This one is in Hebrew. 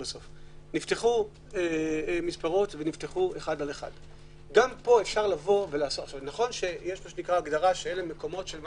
נפתחו מספרות ו-1 על 1. נכון שיש הגדרה של 1